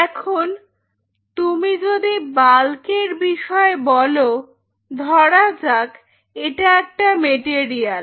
এখন তুমি যদি বাল্ক এর বিষয়ে বল ধরা যাক এটা একটা মেটেরিয়াল